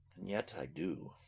and yet i do